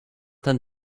ten